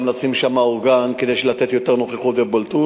לשים שם אורגן כדי לתת יותר נוכחות ובולטות.